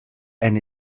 and